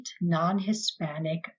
non-Hispanic